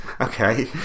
okay